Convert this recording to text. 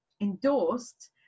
endorsed